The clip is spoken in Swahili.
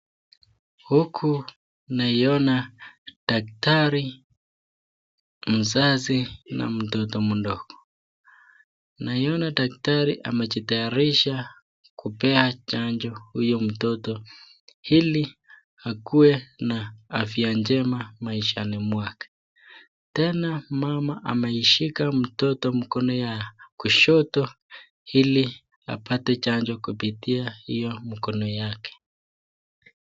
Huku naiona daktari, mzazi na mtoto mdogo, naona daktari, anajitayarisha kupea chanjo huyo mtoto ili akuwe na afya njema maishani mwake. Tena mama ameshika mtoto mkono ya kushoto ili apate chanjo kupitia hiyo mkono yake.